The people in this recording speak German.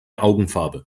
augenfarbe